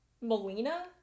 melina